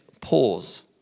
pause